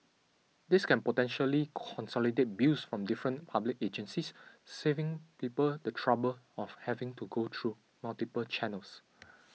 this can potentially consolidate bills from different public agencies saving people the trouble of having to go through multiple channels